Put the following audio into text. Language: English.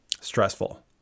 stressful